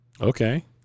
okay